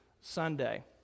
Sunday